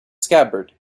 scabbard